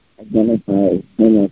identify